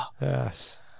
Yes